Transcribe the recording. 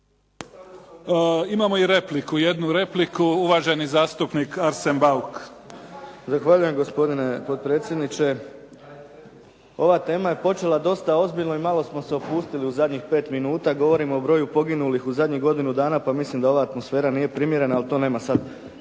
Imamo i repliku, jednu repliku. Uvaženi zastupnik Arsen Bauk. **Bauk, Arsen (SDP)** Zahvaljujem, gospodine potpredsjedniče. Ova tema je počela dosta ozbiljno i malo smo se opustiti u zadnjih pet minuta. Govorim o broju poginulih u zadnjih godinu dana pa mislim da ova atmosfera nije primjerena, ali to nema sad